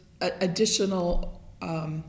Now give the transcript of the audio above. additional